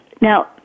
now